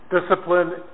Discipline